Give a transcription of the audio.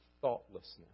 thoughtlessness